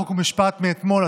חוק ומשפט מאתמול,